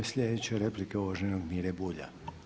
I sljedeća replika uvaženog Mire Bulja.